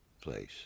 place